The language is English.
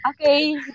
Okay